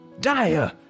Dire